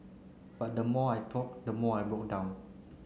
but the more I talk the more I broke down